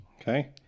Okay